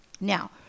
Now